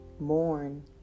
Mourn